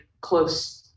close